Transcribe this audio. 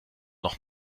noch